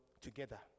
together